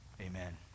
Amen